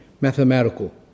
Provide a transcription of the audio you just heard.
Mathematical